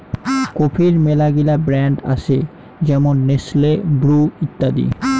কফির মেলাগিলা ব্র্যান্ড আসে যেমন নেসলে, ব্রু ইত্যাদি